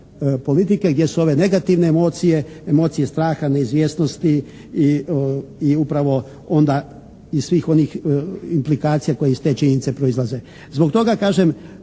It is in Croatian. politike gdje su ove negativne emocije, emocije straha, neizvjesnosti i upravo onda i svih onih implikacija koje iz te činjenice proizlaze. Zbog toga kažem